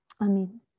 Amen